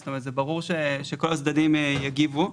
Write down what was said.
כלומר ברור שכל הצדדים יגיבו.